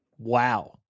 Wow